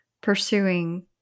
pursuing